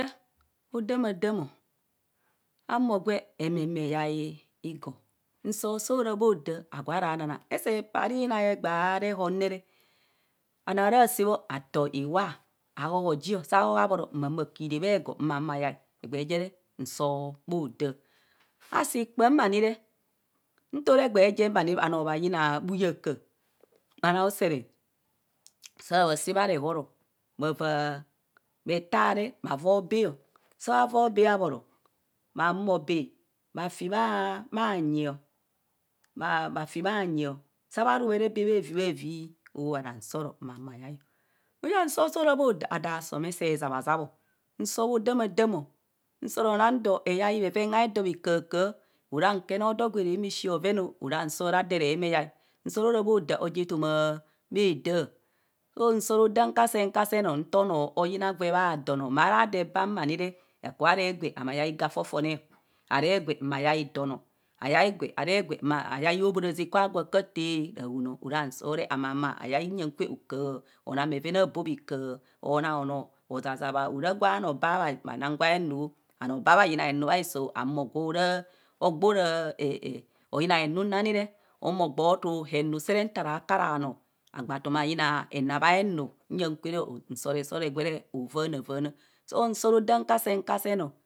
Odamadamo, e humo gwe me me yai igo. nsoo so ra bho daa agure nanang? See paa ara inai egbee rehan re anoo ara saa bho atoo iwa. ahohoo ji. saa hohoo ma mo a kiraa bhe ego mayai. egbee je re n soo bho daa. Asi kpaam na ni re nto raa egbee jem ani bha noo bhanyina bhuyakaa bha noo usere saa bha sạạ bha rehoro bha vaa whee taa re bha voo bheeo. saa bha voo bhee abhoro bhahumo whee bhati bhanyio. bhaji bhany. saa ruere whee arithavi oholehara nsooroma. ma yai igo. huye nsoo soo ora bhoda, adoo asom eseezab azab o. nspp odamadamo. nsoo amang doo eyai bheren aedoo bhakahakaha ara nkene odoo je keree humo echi bhoven ara nsoo re adoo rehumo eyai. nsoo ara moda oja etoma mhaa daa. so nsoo odaam kasen kasen nto noo oyina gwe baa don. maa ara doo ebaa mani akuba re gwe ma you igo afofone. aree gwe ma yai don o aree gwe ma yai hobhoraze kwa gwa ka taa rahon. ora nsoo re ma yai nyaa kwe okaha chmang bheren atoo bha kaha onaa onoo ozazabha ora bha noo baa bha nang gwe anuo bha noo baa yina enu biso bha humo gwo ogbo raa oyina henunu seere mo tuu henu sere nti kuara noo, ogbo tuu henabee aenu agbon tu ma yina henamaenu nya kwere egbo vaana. nsoo adam kasen kasen o.